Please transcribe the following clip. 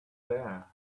there